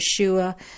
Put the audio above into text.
Yeshua